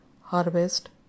harvest